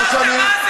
ברושי, שכחתם מה זה.